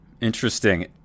Interesting